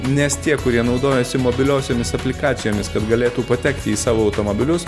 nes tie kurie naudojasi mobiliosiomis aplikacijomis kad galėtų patekti į savo automobilius